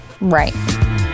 right